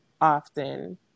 often